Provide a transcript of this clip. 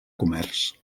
comerç